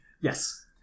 Yes